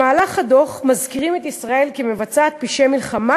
בדוח מזכירים את ישראל כמבצעת פשעי מלחמה,